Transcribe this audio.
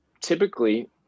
typically